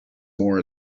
more